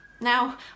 Now